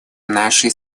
нашей